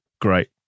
Great